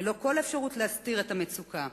ללא כל אפשרות להסתיר את המצוקה.